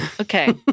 okay